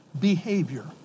behavior